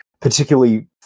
particularly